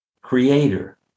creator